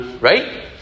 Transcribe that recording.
Right